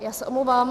Já se omlouvám.